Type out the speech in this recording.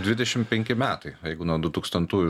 dvidešim penki metai jeigu nuo du tūkstantųjų